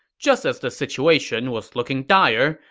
just as the situation was looking dire,